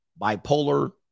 bipolar